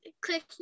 click